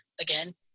again